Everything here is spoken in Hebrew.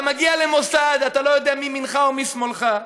אתה מגיע למוסד, אתה לא יודע מימינך ומשמאלך,